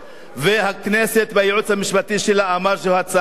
והכנסת והייעוץ המשפטי שלה אמרו שזו הצעת חוק ראויה,